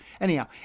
Anyhow